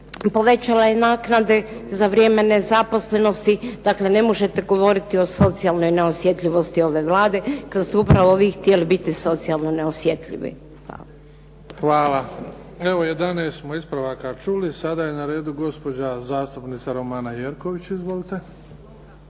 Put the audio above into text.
povećala je naknade za vrijeme nezaposlenosti, dakle, ne možete govoriti o socijalnoj neosjetlivosti Vlade, kada ste upravo vi htjeli biti socijalno neosjetljivi. **Bebić, Luka (HDZ)** Hvala. Evo 11 ispravaka smo čuli, sada je na redu gospođa zastupnica Romana Jerković. Izvolite.